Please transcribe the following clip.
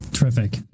Terrific